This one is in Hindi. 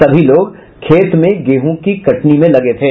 सभी लोग खेत में गेहूँ के कटनी में लगे थे